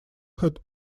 had